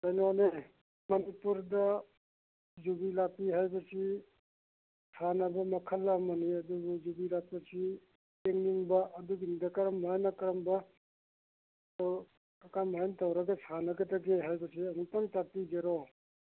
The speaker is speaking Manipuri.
ꯀꯩꯅꯣꯅꯦ ꯃꯅꯤꯄꯨꯔꯗ ꯌꯨꯕꯤ ꯂꯥꯛꯄꯤ ꯍꯥꯏꯕꯁꯤ ꯁꯥꯟꯅꯕ ꯃꯈꯜ ꯑꯃꯅꯤ ꯑꯗꯨꯕꯨ ꯌꯨꯕꯤ ꯂꯥꯛꯄꯤꯁꯤ ꯌꯦꯡꯅꯤꯡꯕ ꯑꯗꯨꯒꯤꯅꯤꯗ ꯀꯔꯝꯕꯅ ꯀꯔꯝꯕ ꯀꯔꯝ ꯍꯥꯏꯅ ꯇꯧꯔꯒ ꯁꯥꯟꯅꯒꯗꯒꯦ ꯍꯥꯏꯕꯁꯤ ꯑꯃꯨꯛꯇꯪ ꯇꯥꯛꯄꯤꯒꯦꯔꯣ